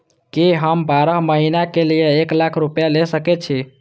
की हम बारह महीना के लिए एक लाख रूपया ले सके छी?